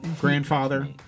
Grandfather